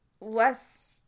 less